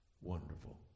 wonderful